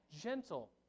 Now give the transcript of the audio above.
Gentle